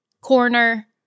corner